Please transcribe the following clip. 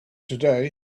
today